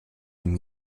dem